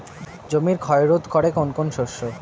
জমির ক্ষয় রোধ করে কোন কোন শস্য?